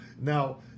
now